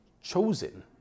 chosen